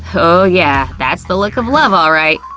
oh yeah, that's the look of love, alright.